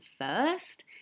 first